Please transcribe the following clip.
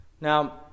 Now